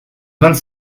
vingt